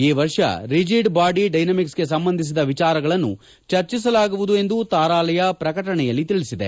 ಈ ವರ್ಷ rigid body ಡೈನಾಮಿಕ್ಸ್ಗೆ ಸಂಬಂಧಿಸಿದ ವಿಚಾರಗಳನ್ನು ಚರ್ಚಿಸಲಾಗುವುದು ಎಂದು ತಾರಾಲಯ ಪ್ರಕಟಣೆಯಲ್ಲಿ ತಿಳಿಸಿದೆ